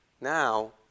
now